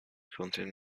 clinton